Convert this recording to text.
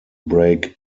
break